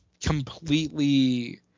completely